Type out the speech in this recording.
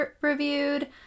reviewed